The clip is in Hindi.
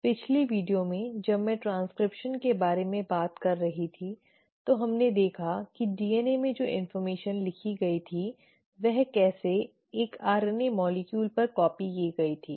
अब पिछली वीडियो में जब मैं ट्रांसक्रिप्शन के बारे में बात कर रही थी तो हमने देखा कि डीएनए में जो जानकारी लिखी गई थी वह कैसे एक आरएनए अणु पर कॉपी की गई थी